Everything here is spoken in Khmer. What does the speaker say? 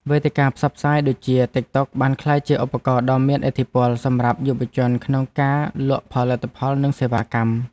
វេទិកាផ្សព្វផ្សាយដូចជាទីកតុកបានក្លាយជាឧបករណ៍ដ៏មានឥទ្ធិពលសម្រាប់យុវជនក្នុងការលក់ផលិតផលនិងសេវាកម្ម។